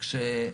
תראי,